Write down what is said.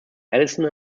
addison